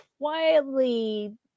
quietly